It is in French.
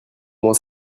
moins